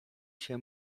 się